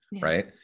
Right